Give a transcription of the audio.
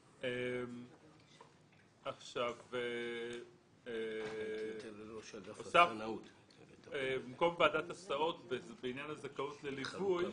3. במקום ועדת הסעות לעניין הזכאות לליווי,